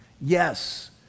Yes